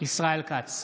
ישראל כץ,